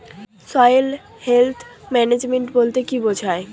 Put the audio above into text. Soil health management বলতে কি বুঝায়?